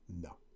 No